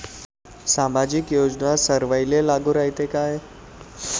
सामाजिक योजना सर्वाईले लागू रायते काय?